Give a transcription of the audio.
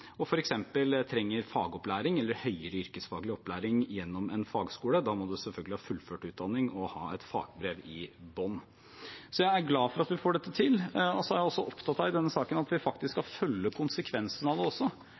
og f.eks. trenger fagopplæring eller høyere yrkesfaglig opplæring gjennom en fagskole. Da må man selvfølgelig ha fullført utdanning og ha et fagbrev i bunnen. Jeg er glad for at vi får til dette. I denne saken er jeg også opptatt av at vi faktisk skal følge opp konsekvensene av det,